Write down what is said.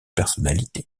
personnalité